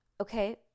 Okay